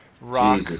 rock